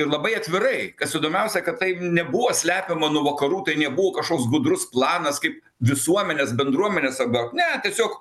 ir labai atvirai kas įdomiausia kad tai nebuvo slepiama nuo vakarų tai nebuvo kažkoks gudrus planas kaip visuomenės bendruomenės ar dar ne tiesiog